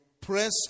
press